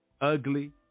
ugly